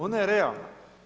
Ona je realna.